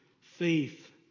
faith